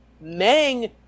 Mang